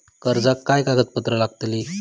कर्जाक काय कागदपत्र लागतली?